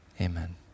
Amen